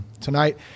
tonight